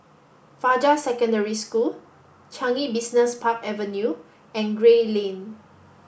Fajar Secondary School Changi Business Park Avenue and Gray Lane